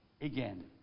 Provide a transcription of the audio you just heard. again